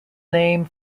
name